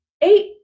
eight